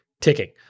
ticking